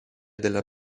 della